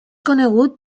conegut